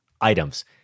items